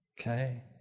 okay